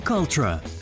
Ultra